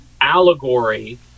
allegory